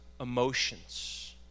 emotions